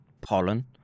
pollen